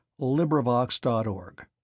LibriVox.org